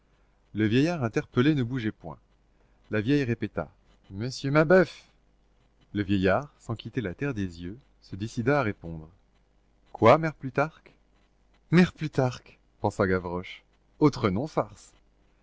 le vieillard interpellé ne bougeait point la vieille répéta monsieur mabeuf le vieillard sans quitter la terre des yeux se décida à répondre quoi mère plutarque mère plutarque pensa gavroche autre nom farce